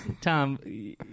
Tom